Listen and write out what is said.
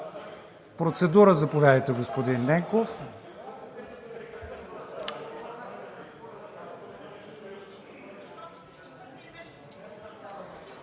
Процедура – заповядайте, господин Ненков.